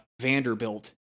Vanderbilt